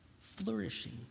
flourishing